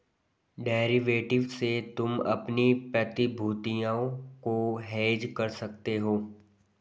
derivative से तुम अपनी प्रतिभूतियों को हेज कर सकते हो